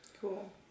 Cool